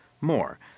more